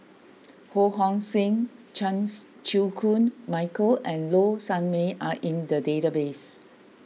Ho Hong Sing Chans Chew Koon Michael and Low Sanmay are in the database